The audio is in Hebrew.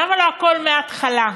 למה לא הכול מההתחלה?